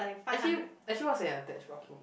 actually actually what's an attached bathroom